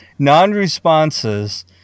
Non-responses